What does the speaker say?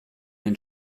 den